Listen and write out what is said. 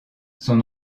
son